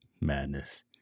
madness